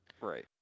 Right